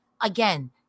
again